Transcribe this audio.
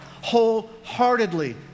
wholeheartedly